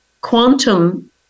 quantum